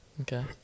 Okay